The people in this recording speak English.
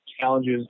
challenges